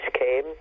came